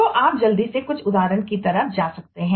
तो आप जल्दी से कुछ उदाहरण की तरफ जा सकते हैं